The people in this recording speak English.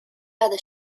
other